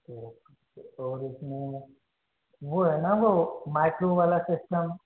ठीक और इसमें वो है ना वो माइक्रो वाला सिस्टम